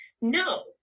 No